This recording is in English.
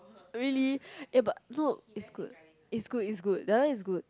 really eh but no is good is good is good that one is good